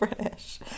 British